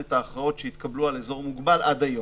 את ההכרעות שהתקבלו על אזור מוגבל עד היום.